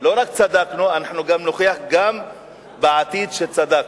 לא רק צדקנו אלא נוכיח גם בעתיד שצדקנו,